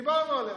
דיברנו עליה.